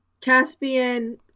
Caspian